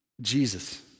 Jesus